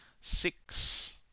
six